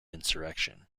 insurrection